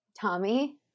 Tommy